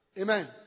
Amen